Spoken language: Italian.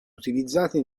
utilizzati